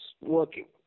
working